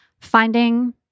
finding